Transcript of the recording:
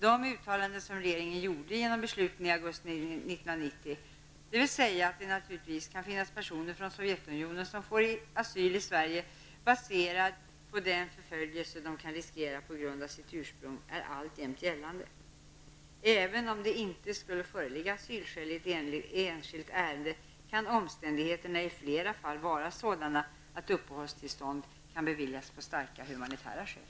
De uttalanden som regeringen gjorde genom besluten i augusti 1990, dvs. att det naturligtvis kan finnas personer från Sovjetunionen som får asyl i Sverige baserad på den förföljelse de kan riskera på grund av sitt ursprung, är alltjämt gällande. Även om det inte skulle föreligga asylskäl i ett enskilt ärende, kan omständigheterna i flera fall vara sådana att uppehållstillstånd skall beviljas på starka humanitära skäl.